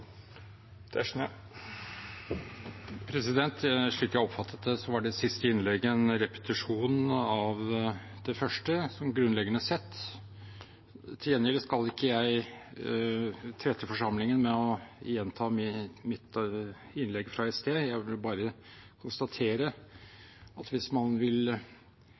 Slik jeg oppfattet det, var det siste innlegget en repetisjon av det første, sånn grunnleggende sett. Til gjengjeld skal ikke jeg trette forsamlingen med å gjenta mitt innlegg fra i sted. Jeg vil bare konstatere at hvis man vil